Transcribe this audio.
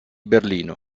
berlino